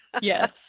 Yes